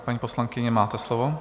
Paní poslankyně, máte slovo.